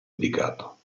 indicato